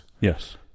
Yes